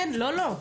לא, לא.